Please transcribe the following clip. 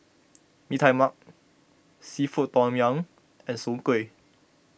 Mee Tai Mak Seafood Tom Yum and Soon Kway